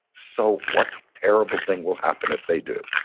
so what terrible thing will happen if they do?